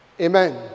Amen